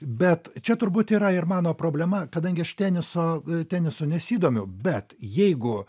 bet čia turbūt yra ir mano problema kadangi aš tenisu tenisu nesidomiu bet jeigu